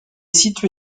situé